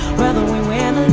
whether we win